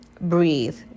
breathe